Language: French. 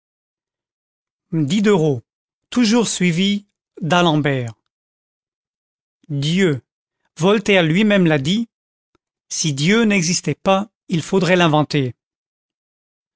diderot toujours suivi de d'alembert dieu voltaire lui-même l'a dit si dieu n'existait pas il faudrait l'inventer